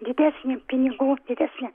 didesnį pinigų didesnę